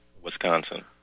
Wisconsin